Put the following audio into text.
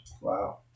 Wow